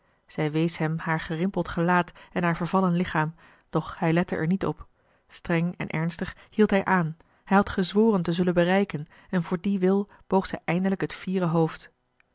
zij wees hem haar gerimpeld gelaat en haar vervallen lichaam doch hij lette er niet op streng en ernstig hield hij aan hij had gezworen te zullen bereiken en voor dien wil boog zij eindelijk het fiere hoofd